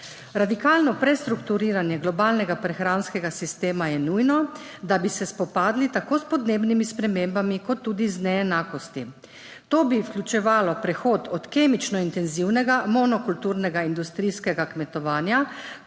Radikalno prestrukturiranje globalnega prehranskega sistema je nujno, da bi se spopadli tako s podnebnimi spremembami kot tudi z neenakostmi. To bi vključevalo prehod od kemično intenzivnega monokulturnega industrijskega kmetovanja